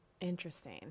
Interesting